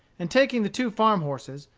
and taking the two farm-horses,